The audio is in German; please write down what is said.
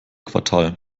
quartal